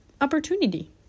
opportunity